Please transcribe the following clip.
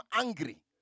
angry